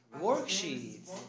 Worksheets